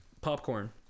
Popcorn